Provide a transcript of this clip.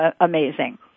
amazing